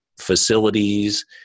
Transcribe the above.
facilities